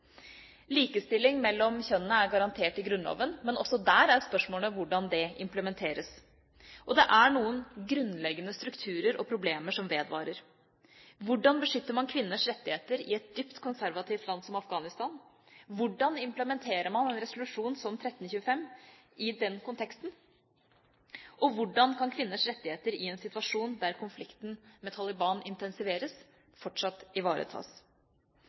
Likestilling mellom kjønnene er garantert i grunnloven, men også der er spørsmålet hvordan det implementeres. Det er noen grunnleggende strukturer og problemer som vedvarer. Hvordan beskytter man kvinners rettigheter i et dypt konservativt land som Afghanistan? Hvordan implementerer man en resolusjon som 1325 i den konteksten? Og hvordan kan kvinners rettigheter i en situasjon der konflikten med Taliban intensiveres, fortsatt ivaretas?